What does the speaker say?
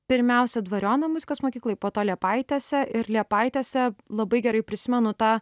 pirmiausia dvariono muzikos mokykloj po to liepaitėse ir liepaitėse labai gerai prisimenu tą